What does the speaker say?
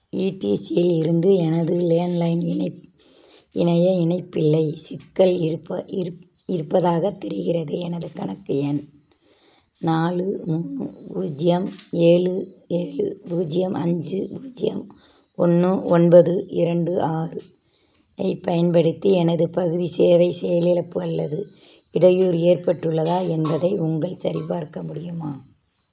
இடிசிலிருந்து எனது லேண்ட்லைன் இணைப் இணைய இணைப்பில்லை சிக்கல் இருப்ப இருப் இருப்பதாகத் தெரிகிறது எனது கணக்கு எண் நாலு மூணு பூஜ்ஜியம் ஏழு ஏழு பூஜ்ஜியம் அஞ்சு பூஜ்ஜியம் ஒன்று ஒன்பது இரண்டு ஆறு ஐப் பயன்படுத்தி எனது பகுதி சேவை செயலிழப்பு அல்லது இடையூறு ஏற்பட்டுள்ளதா என்பதை உங்கள் சரிபார்க்க முடியுமா